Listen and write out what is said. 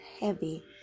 heavy